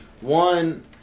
One